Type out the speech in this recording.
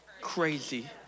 crazy